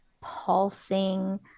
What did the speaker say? pulsing